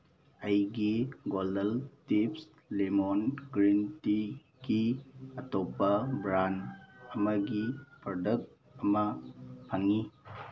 ꯑꯩꯒꯤ Golden Tips lemon green ꯇꯤꯒꯤ ꯑꯇꯣꯞꯄ ꯕ꯭ꯔꯥꯟ ꯑꯃꯒꯤ ꯄ꯭ꯔꯗꯛ ꯑꯃ ꯐꯪꯉꯤ